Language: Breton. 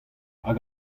hag